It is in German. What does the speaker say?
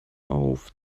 auf